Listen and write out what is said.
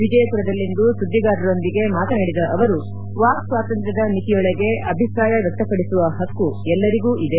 ವಿಜಯಪುರದಲ್ಲಿಂದು ಸುದ್ದಿಗಾರರೊಂದಿಗೆ ಮಾತನಾಡಿದ ಅವರು ವಾಕ್ ಸ್ವಾತಂತ್ರ್ವದ ಮಿತಿಯೊಳಗೆ ಅಭಿಪ್ರಾಯ ವ್ವಕ್ತಪಡಿಸುವ ಹಕ್ಕು ಎಲ್ಲರಿಗೂ ಇದೆ